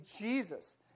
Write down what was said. Jesus